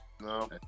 No